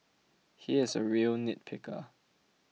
he is a real nitpicker